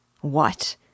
What